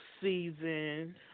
season